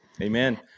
Amen